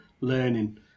learning